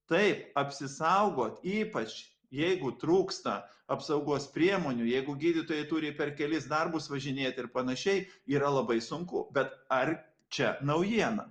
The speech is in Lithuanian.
taip apsisaugot ypač jeigu trūksta apsaugos priemonių jeigu gydytojai turi per kelis darbus važinėti ir panašiai yra labai sunku bet ar čia naujiena